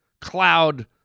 cloud